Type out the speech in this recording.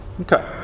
Okay